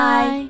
Bye